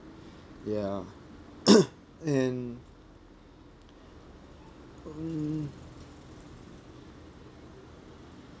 ya and um